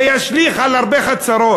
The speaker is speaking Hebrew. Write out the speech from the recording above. זה ישליך על הרבה חצרות.